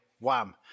Wham